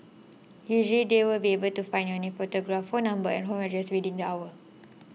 usually they will be able to find your name photograph phone number and home address within the hour